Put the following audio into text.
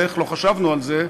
איך לא חשבנו על זה?",